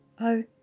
Oh